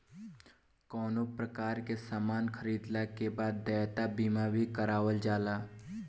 कवनो प्रकार के सामान खरीदला के बाद देयता बीमा भी करावल जाला